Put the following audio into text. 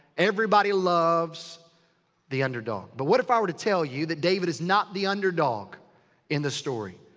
everybody loves the underdog. but what if i were to tell you that david is not the underdog in the story?